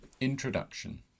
Introduction